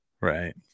Right